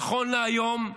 נכון להיום,